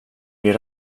vid